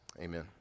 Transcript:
Amen